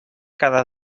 cada